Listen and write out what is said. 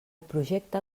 projecte